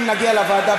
אם נגיע לוועדה,